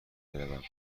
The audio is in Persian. بروم